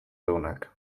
deunak